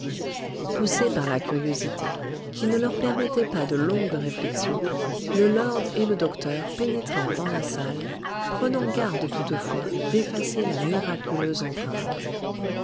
poussés par la curiosité qui ne leur permettait pas de longues réflexions le lord et le docteur pénétrèrent dans la salle prenant garde toutefois d'effacer la miraculeuse empreinte